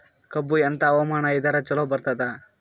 ಕಬ್ಬು ಎಂಥಾ ಹವಾಮಾನ ಇದರ ಚಲೋ ಬರತ್ತಾದ?